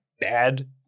bad